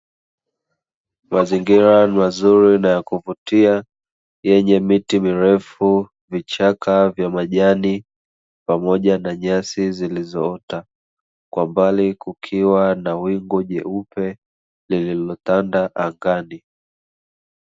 Mazingira mazuri na ya kuvutia yenye miti mirefu, vichaka vya majani pamoja na nyasi zilizoota, kwa mbali kukiwa na wingu jeupe liliotanda angani.